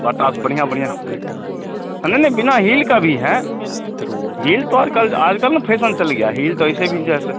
बाटा से बढ़िया बढ़िया हाँ नहीं नहीं बिना हिल का भी है हील तो और कल आजकल में फैशन चल गया है हील तो ऐसे भी जो है से